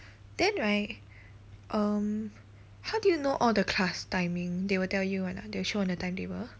then right um how do you know all the class timing they will tell you [one] ah they will show on the timetable